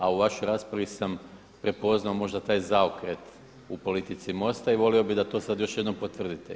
A u vašoj raspravi sam prepoznao možda taj zaokret u politici MOST-a i volio bih da to sada još jednom potvrdite.